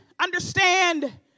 understand